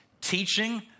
teaching